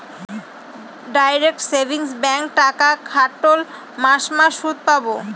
direct savings ব্যাঙ্কে টাকা খাটোল মাস মাস সুদ পাবো